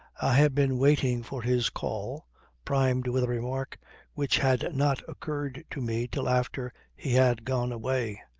i had been waiting for his call primed with a remark which had not occurred to me till after he had gone away.